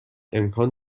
امکان